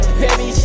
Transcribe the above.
baby